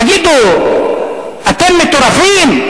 תגידו, אתם מטורפים?